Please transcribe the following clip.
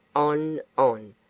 on, on,